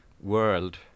world